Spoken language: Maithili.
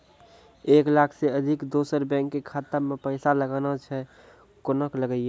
एक लाख से अधिक दोसर बैंक के खाता मे पैसा लगाना छै कोना के लगाए?